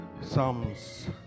Psalms